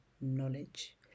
knowledge